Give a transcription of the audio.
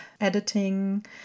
editing